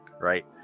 right